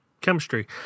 chemistry